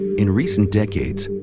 in recent decades,